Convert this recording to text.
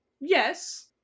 Yes